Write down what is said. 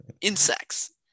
insects